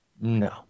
No